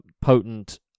potent